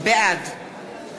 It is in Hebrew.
בעד